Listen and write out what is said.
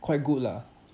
quite good lah